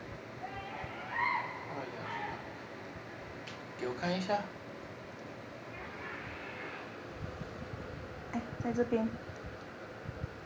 坏了就换给我看一下